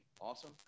Awesome